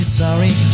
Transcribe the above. sorry